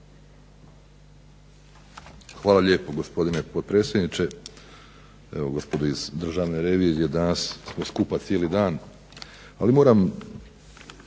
Hvala lijepo gospodine potpredsjedniče. Evo gospodo iz državne revizije danas smo skupa cijeli dan. Ali moram